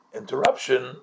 interruption